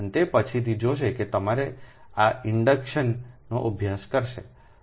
અને આ પછીથી જોશે કે તમે ક્યારે આ ઇન્ડડક્શનનો અભ્યાસ કરશો